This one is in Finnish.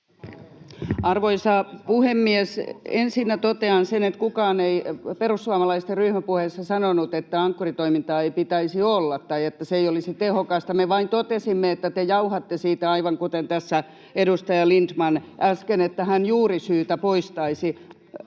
Arvoisa puhemies! Ensinnä totean sen, että kukaan ei perussuomalaisten ryhmäpuheessa sanonut, että Ankkuri-toimintaa ei pitäisi olla tai että se ei olisi tehokasta, me vain totesimme, että te jauhatte siitä, aivan kuten tässä edustaja Lindtman äsken, että hän juurisyytä poistaisi